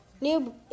New